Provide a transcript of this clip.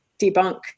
debunk